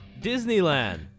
Disneyland